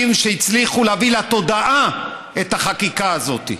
שהצליחו להביא לתודעה את החקיקה הזאת.